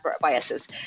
biases